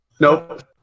Nope